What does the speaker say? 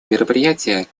мероприятия